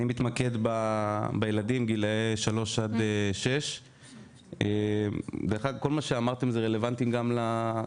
אני מתמקד בילדים בגילאי 3-6. כל מה שאמרתם רלוונטי גם להם?